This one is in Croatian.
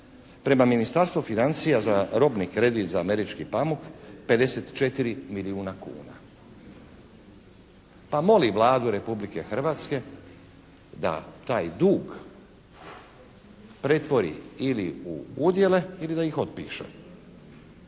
prema Ministarstvu financija za robni kredit za američki pamuk 54 milijuna kuna. Pa moli Vladu Republike Hrvatske da taj dug pretvori ili u udjele ili da ih otpiše.